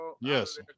Yes